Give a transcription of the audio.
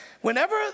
Whenever